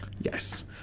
Yes